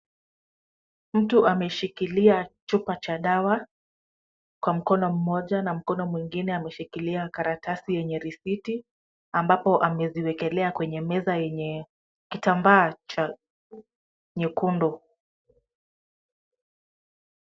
Mtu ameshikilia chupa cha dawa kwa mkono mmoja na mkono mwingine ameshikilia karatasi yenye risiti, ambapo ameziwekelea kwenye meza yenye kitambaa cha nyekundu.